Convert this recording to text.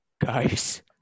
Guys